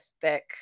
thick